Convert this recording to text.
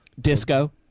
Disco